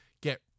get